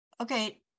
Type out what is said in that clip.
Okay